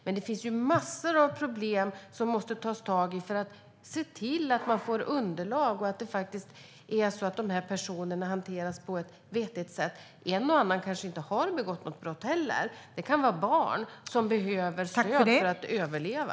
Men det finns massor av problem man måste ta tag i för att se till att få underlag och att dessa personer faktiskt hanteras på ett vettigt sätt. En och annan kanske inte heller har begått något brott - det kan vara barn som behöver stöd för att överleva.